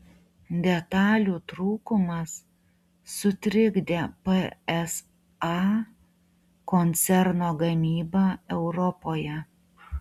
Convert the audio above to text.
detalių trūkumas sutrikdė psa koncerno gamybą europoje